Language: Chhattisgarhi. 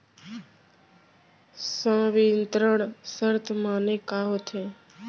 संवितरण शर्त माने का होथे?